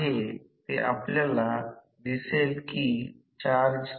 तर हे असे होऊ शकते r2 ' X 2 ' r2